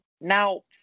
Now